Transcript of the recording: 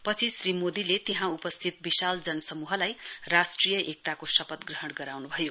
पछि श्री मोदीले त्यहाँ उपस्थित विशाल जनसमूहलाई राष्ट्रिय एकताको शपथ ग्रहण गराउनुभयो